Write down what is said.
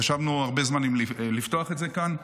חשבנו הרבה זמן אם לפתוח את זה כאן.